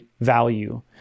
value